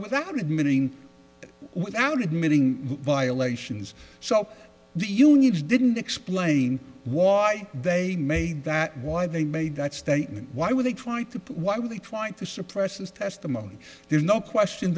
without admitting without admitting violations so the unions didn't explain why they made that why they made that statement why would they try to put why were they trying to suppress this testimony there's no question